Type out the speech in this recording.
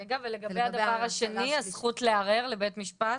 רגע, ולגבי הדבר השני, הזכות לערער לבית המשפט?